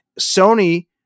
Sony